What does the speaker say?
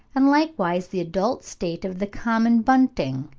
and likewise the adult state of the common bunting,